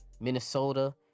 Minnesota